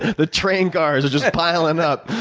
the train cars are just piling up.